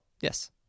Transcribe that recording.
yes